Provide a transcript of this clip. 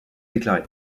déclarée